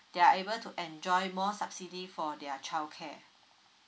they are able to enjoy more subsidy for their childcare